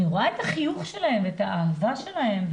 אני רואה את החיוך והאהבה שלהם,